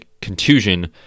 contusion